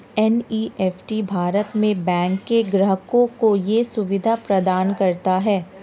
NEFT Bharat में bank के ग्राहकों को ये सुविधा प्रदान करता है